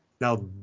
now